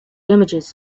images